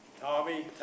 Tommy